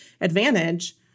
advantage